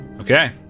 okay